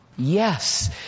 Yes